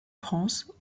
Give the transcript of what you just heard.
france